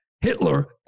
Hitler